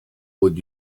would